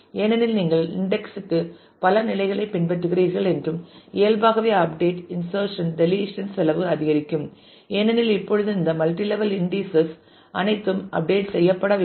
ஏனெனில் நீங்கள் இன்டெக்ஸ் க்கு பல நிலைகளைப் பின்பற்றுகிறீர்கள் மற்றும் இயல்பாகவே அப்டேட் இன்ஷர்சன் டெலிசன் செலவு அதிகரிக்கும் ஏனெனில் இப்பொழுது இந்த மல்டி லெவல் இன்டீஸஸ் அனைத்தும் அப்டேட் செய்யப்பட வேண்டும்